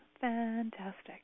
Fantastic